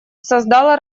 создала